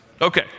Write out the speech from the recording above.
Okay